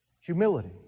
Humility